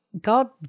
God